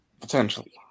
Potentially